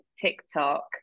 tiktok